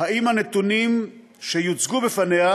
אם הנתונים שיוצגו בפניה